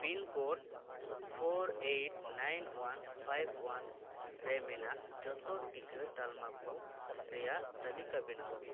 pin code four eight nine one five one ᱨᱮ ᱢᱮᱱᱟᱜ ᱡᱷᱚᱛᱚ ᱴᱤᱠᱟᱹ ᱛᱟᱞᱢᱟ ᱠᱚ ᱨᱮᱱᱟᱜ ᱛᱟᱞᱤᱠᱟ ᱵᱮᱱᱟᱣ ᱢᱮ